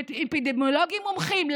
עם אפידמיולוגים מומחים,